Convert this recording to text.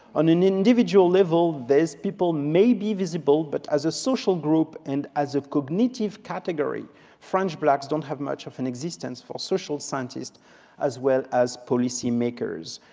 an an individual level these people may be visible, but as a social group and as a cognitive category french blacks don't have much of an existence for social scientists as well as policymakers.